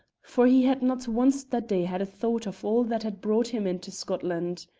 for he had not once that day had a thought of all that had brought, him into scotland.